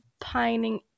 pining